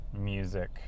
music